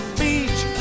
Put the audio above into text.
beach